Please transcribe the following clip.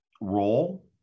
role